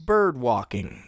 Birdwalking